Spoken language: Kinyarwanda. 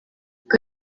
uko